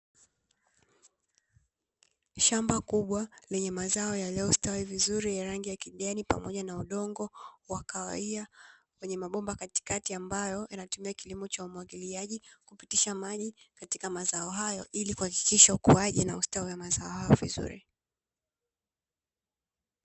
Shamba kubwa lenye mazao yaliyostawi vizuri ya rangi ya kijani pamoja na udongo wa kahawia, wenye mabomba katikati ambayo yanategemea kilimo cha umwagiliaji. Kupitisha maji katika mazao hayo, ili kuhakikisha ukuaji na ustawi wa mazao hayo vizuri.